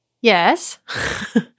Yes